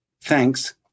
Thanks